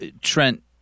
Trent